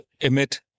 emit